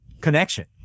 connection